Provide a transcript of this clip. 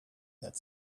that